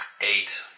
Eight